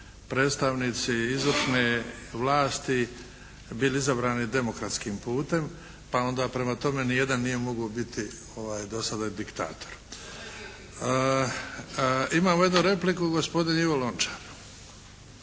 predstavnici izvršne vlasti bili izabrani demokratskim putem, pa onda prema tome ni jedan nije mogao biti do sada diktator. Imamo jednu repliku. Gospodin Ivo Lončar.